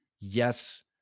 Yes